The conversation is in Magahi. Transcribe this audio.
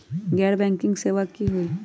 गैर बैंकिंग सेवा की होई?